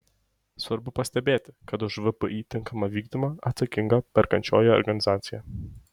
svarbu pastebėti kad už vpį tinkamą vykdymą atsakinga perkančioji organizacija